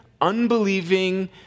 unbelieving